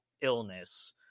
illness